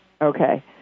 Okay